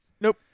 Nope